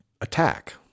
attack